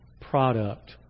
product